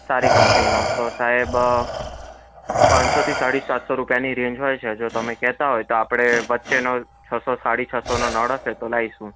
સારી કંપનીનો તો સાહેબ પાંચસો થી સાડી સાતસો રૂપિયાની રેંજ હોય છે જો તમે કહેતા હોય તો આપણે વચ્ચેનો છસો સાડી છસો નળ હશે તો લાવીશ હું